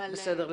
בסדר.